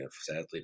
sadly